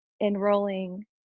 enrolling